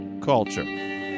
Culture